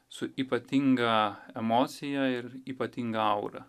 su ypatinga emocija ir ypatinga aura